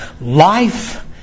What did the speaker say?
Life